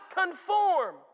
conform